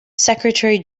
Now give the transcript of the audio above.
secretary